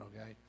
okay